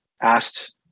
asked